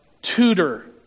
Tutor